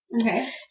Okay